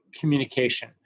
communication